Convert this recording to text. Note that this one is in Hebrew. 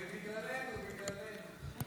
אני